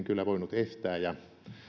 kyllä voinut estää ja